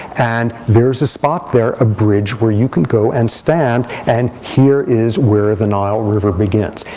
and there's a spot there, a bridge where you can go and stand. and here is where the nile river begins.